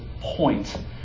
point